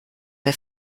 bei